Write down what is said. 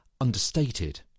understated